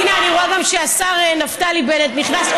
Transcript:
הינה, אני רואה גם שהשר נפתלי בנט נכנס.